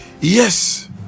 Yes